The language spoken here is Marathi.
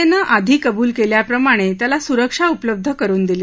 ए नं आधी कबूल कल्पाप्रमाण त्याला सुरक्षा उपलब्ध करुन दिली